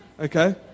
okay